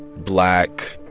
black,